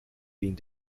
being